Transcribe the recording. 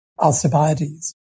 Alcibiades